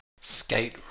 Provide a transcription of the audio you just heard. skate